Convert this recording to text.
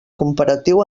comparatiu